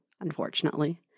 unfortunately